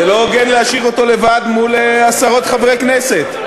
זה לא הוגן להשאיר אותו לבד מול עשרות חברי כנסת.